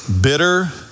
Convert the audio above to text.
bitter